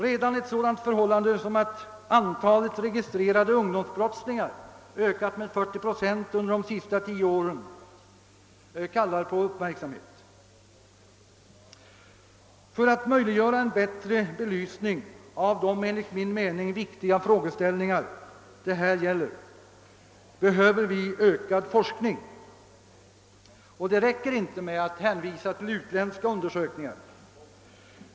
Redan ett sådant förhållande som att antalet registrerade ungdomsbrottslingar ökat med 40 procent under de senaste tio åren kallar på uppmärksamhet. För att möjliggöra en bättre belysning av de enligt min mening viktiga frågeställningar det här gäller behöver vi ökad forskning. Det räcker inte med att hänvisa till utländska undersökningar.